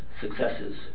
successes